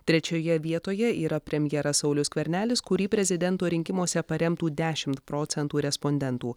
trečioje vietoje yra premjeras saulius skvernelis kurį prezidento rinkimuose paremtų dešimt procentų respondentų